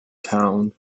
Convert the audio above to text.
town